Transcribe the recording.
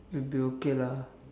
the okay lah